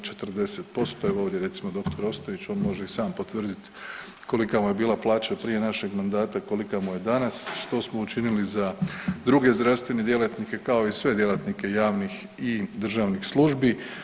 Evo ovdje je recimo dr. Ostojić, on može i sam potvrditi kolika mu je bila plaća prije našeg mandata, kolika mu je danas, što smo učinili za druge zdravstvene djelatnike kao i sve djelatnike javnih i državnih službi.